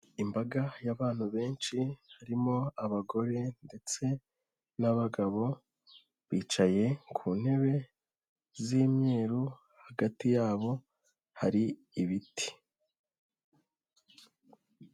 Imbaga y'abantu benshi harimo abagore ndetse n'abagabo bicaye ku ntebe z'imyeru hagati yabo hari ibiti.